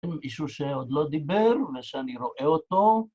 אין מישהו שעוד לא דיבר ושאני רואה אותו